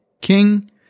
king